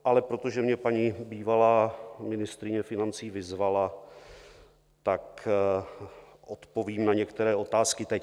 Ale protože mě paní bývalá ministryně financí vyzvala, odpovím na některé otázky teď.